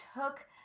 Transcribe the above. took